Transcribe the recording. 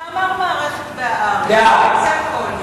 מאמר מערכת ב"הארץ", זה הכול.